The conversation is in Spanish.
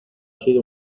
sido